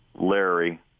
Larry